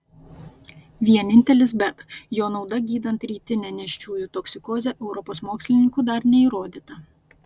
vienintelis bet jo nauda gydant rytinę nėščiųjų toksikozę europos mokslininkų dar neįrodyta